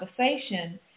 conversation